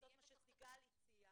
לעשות מה שסיגל מרד הציעה,